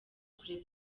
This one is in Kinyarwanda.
kureba